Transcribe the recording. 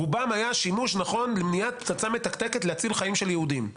רובם היה שימוש נכון למניעת פצצה מתקתקת להציל חיים של יהודים.